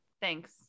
Thanks